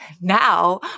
Now